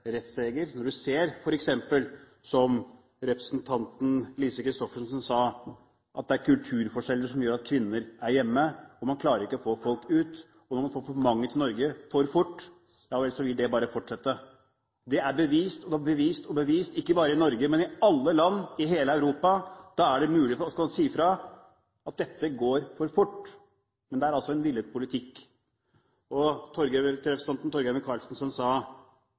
og når f.eks. – som representanten Lise Christoffersen sa – det er kulturforskjeller som gjør at kvinner er hjemme, og man ikke klarer å få folk ut, og man får for mange til Norge for fort, vil det bare fortsette. Det er bevist og bevist, ikke bare i Norge, men i alle land i hele Europa. Da er det mulig at man skal si fra at dette går for fort. Men det er altså en villet politikk. Til representanten Torgeir Micaelsen, som sa: